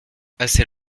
assez